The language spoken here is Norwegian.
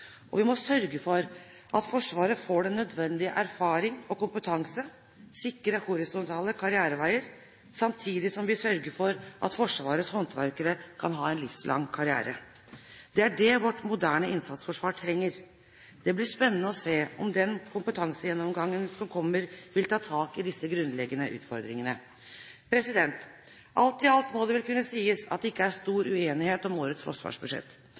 Vi må sørge for at Forsvaret får den nødvendige erfaring og kompetanse, sikre horisontale karriereveier, samtidig som vi sørger for at Forsvarets håndverkere kan ha en livslang karriere. Det er det vårt moderne innsatsforsvar trenger. Det blir spennende å se om den kompetansegjennomgangen som kommer, vil ta tak i disse grunnleggende utfordringene. Alt i alt må det vel kunne sies at det ikke er stor uenighet om årets forsvarsbudsjett.